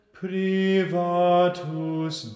privatus